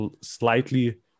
slightly